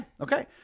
Okay